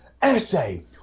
Essay